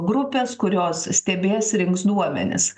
grupės kurios stebės rinks duomenis